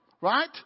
right